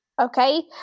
okay